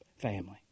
family